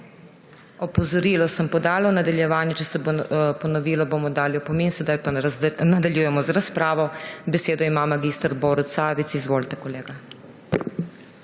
Opozorilo sem podala. V nadaljevanju, če se bo ponovilo, bomo dali opomin. Sedaj pa nadaljujemo razpravo. Besedo ima mag. Borut Sajovic. Izvolite, kolega.